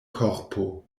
korpo